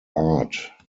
art